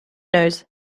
knows